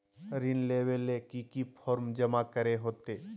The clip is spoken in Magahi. ऋण लेबे ले की की फॉर्म जमा करे होते?